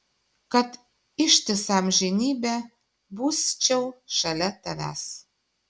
kad ištisą amžinybę busčiau šalia tavęs